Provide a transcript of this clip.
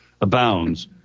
abounds